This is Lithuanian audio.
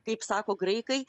kaip sako graikai